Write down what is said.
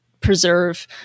preserve